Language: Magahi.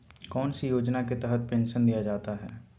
कौन सी योजना के तहत पेंसन दिया जाता है?